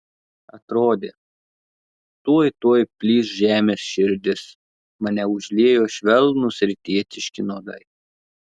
atrodė tuoj tuoj plyš žemės širdis mane užliejo švelnūs rytietiški nuodai